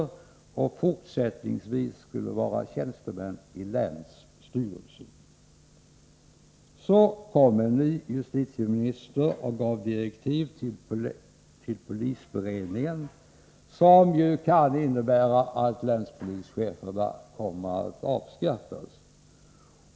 De skulle fortsättningsvis vara tjänstemän i länsstyrelsen: En ny justitieminister gav 'polisberedningen direktiv, som skulle kunna innebära att systemét med”länspolischefer avskaffas.